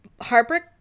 heartbreak